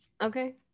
Okay